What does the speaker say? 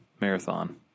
marathon